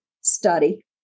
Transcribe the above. study